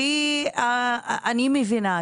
אני מבינה,